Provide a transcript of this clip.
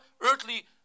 earthly